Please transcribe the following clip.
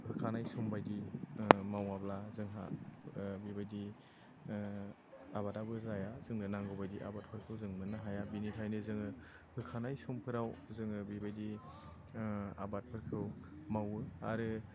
होखानाय समबायदि मावाब्ला जोंहा बेबायदि आबादआबो जाया जोंनो नांगौ बायदि आबादफोरखौ जों मोननो हाया बिनिखायनो जोङो होखानाय समफोराव जोङो बेबायदि आबादफोरखौ मावो आरो